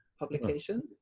publications